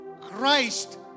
Christ